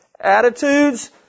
Attitudes